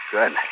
Good